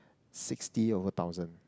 sixty over thousand